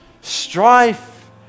strife